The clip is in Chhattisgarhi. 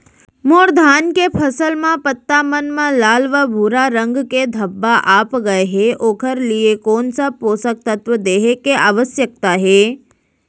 मोर धान के फसल म पत्ता मन म लाल व भूरा रंग के धब्बा आप गए हे ओखर लिए कोन स पोसक तत्व देहे के आवश्यकता हे?